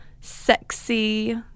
sexy